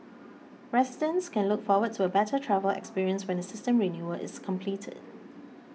residents can look forward to a better travel experience when the system renewal is completed